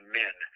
men